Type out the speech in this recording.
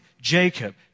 Jacob